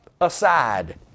aside